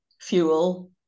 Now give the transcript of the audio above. fuel